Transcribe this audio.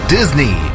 Disney